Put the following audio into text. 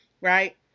Right